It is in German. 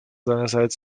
seinerzeit